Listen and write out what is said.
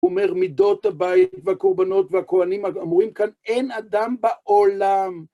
אומר מידות הבית והקורבנות והכוהנים, אמורים כאן, אין אדם בעולם.